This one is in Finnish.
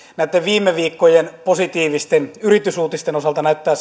näitten viime viikkojen positiivisten yritysuutisten osalta näyttää